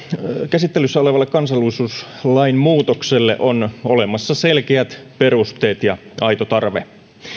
käsittelyssä olevalle kansalaisuuslain muutokselle on olemassa selkeät perusteet ja aito tarve